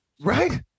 right